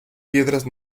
piedras